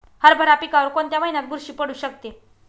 हरभरा पिकावर कोणत्या महिन्यात बुरशी पडू शकते?